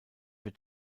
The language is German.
für